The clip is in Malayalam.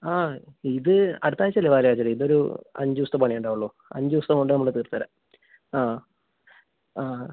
ആ ഇത് അടുത്താഴ്ച അല്ലെ പാൽ കാച്ചൽ ഇത് ഒരു അഞ്ച് ദിവസത്തെ പണിയെ ഉണ്ടാവുള്ളൂ അഞ്ച് ദിവസം കൊണ്ട് നമ്മൾ തീർത്ത് തരാം ആ ആ